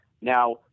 now